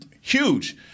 huge